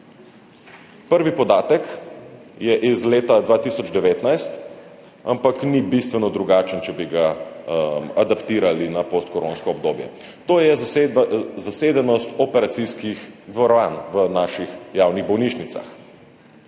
Prvi podatek je iz leta 2019, ampak ni bistveno drugačen, če bi ga adaptirali na postkoronsko obdobje. To je zasedenost operacijskih dvoran v naših javnih bolnišnicah.